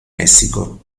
messico